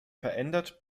verändert